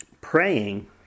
praying